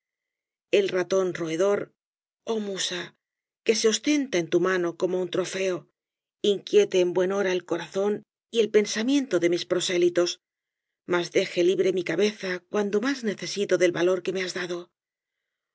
el ratón roedor oh musa que se ostenta en tu mano como un trofeo inquiete en buen hora el corazón y el pensamiento de mis prosélitos mas deje libre mi cabeza cuando más necesito del valor que me has dado